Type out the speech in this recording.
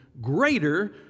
greater